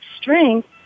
strength